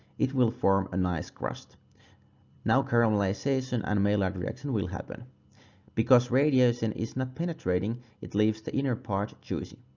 it will form a nice crust now caramelization and maillard reaction will happen because radiation is not penetrating it leaves the inner part juicy.